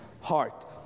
Heart